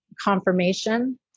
confirmation